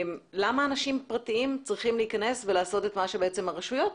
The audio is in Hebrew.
למה אנשים פרטיים צריכים להיכנס ולעשות את מה שהרשויות